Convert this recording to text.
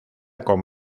con